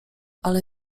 ale